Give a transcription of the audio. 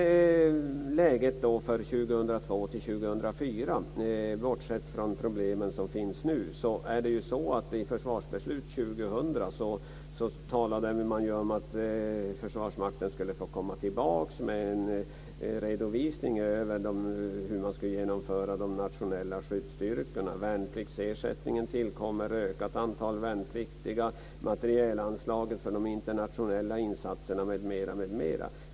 Vad gäller läget 2002-2004 är det ju, bortsett från de problem som nu finns, så att man i försvarsbeslutet år 2000 talade om att Försvarsmakten skulle få komma tillbaka med en redovisning beträffande de nationella skyddsstyrkorna. Värnpliktsersättningen tillkommer, vi får ökat antal värnpliktiga, materielanslaget för de internationella insatserna höjs m.m.